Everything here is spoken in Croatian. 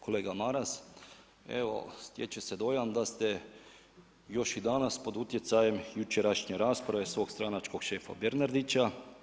Kolega Maras, evo stječe se dojam da ste još i danas pod utjecajem jučerašnje rasprave svog stranačkog šefa Bernardića.